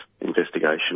investigation